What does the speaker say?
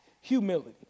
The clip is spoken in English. humility